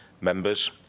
members